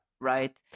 right